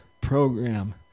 program